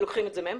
ולוקחים את זה מהם,